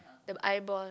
the eyeball